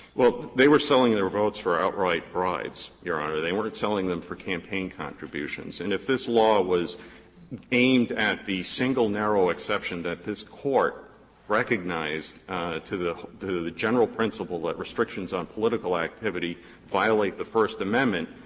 well, they were selling their votes for outright bribes, your honor. they weren't selling them for campaign contributions. and if this law was aimed at the single narrow exception that this court recognized to the to the general principle that restrictions on political activity violate the first amendment,